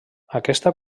aquesta